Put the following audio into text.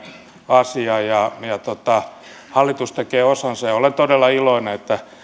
asia hallitus tekee osansa ja olen todella iloinen että